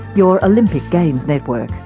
your olympic games network.